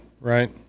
right